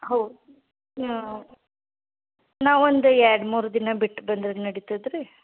how ಹ್ಞೂ ನಾ ಒಂದು ಎರಡು ಮೂರು ದಿನ ಬಿಟ್ಟು ಬಂದರೆ ನಡಿತದೆ ರೀ